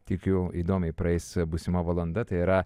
tikiu įdomiai praeis būsima valanda tai yra